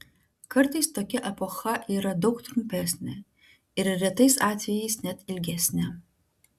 kartais tokia epocha yra daug trumpesnė ir retais atvejais net ilgesnė